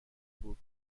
بود